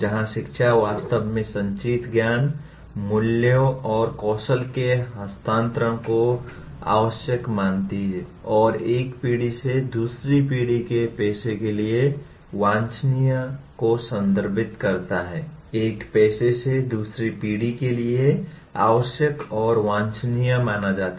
जहा शिक्षा वास्तव में संचित ज्ञान मूल्यों और कौशल के हस्तांतरण को आवश्यक मानती है और एक पीढ़ी से दूसरी पीढ़ी के पेशे के लिए वांछनीय को संदर्भित करता है एक पेशे से दूसरी पीढ़ी के लिए आवश्यक और वांछनीय माना जाता